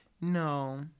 No